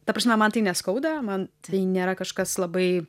ta prasme man tai neskauda man tai nėra kažkas labai